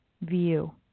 view